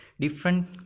different